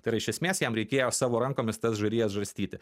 tai yra iš esmės jam reikėjo savo rankomis tas žarijas žarstyti